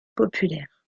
populaire